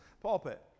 pulpit